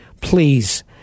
please